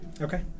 Okay